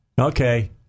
Okay